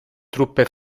truppe